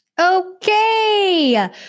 Okay